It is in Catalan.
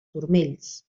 turmells